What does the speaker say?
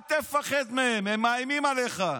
אל תפחד מהם, הם מאיימים עליך.